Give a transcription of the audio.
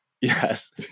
yes